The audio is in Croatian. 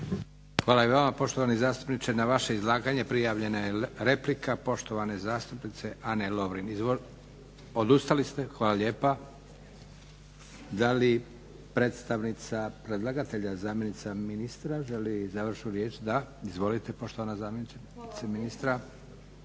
Hvala i vama poštovani zastupniče. Na vaše izlaganje prijavljena je replika poštovane zastupnice Ane Lovrin. Izvolite. Odustali ste? Hvala lijepa. Da li predstavnica predlagatelja zamjenica ministra želi završnu riječ? Da. Izvolite poštovana zamjenice.